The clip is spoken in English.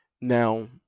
Now